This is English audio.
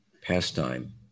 pastime